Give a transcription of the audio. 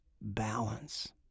balance